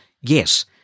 Yes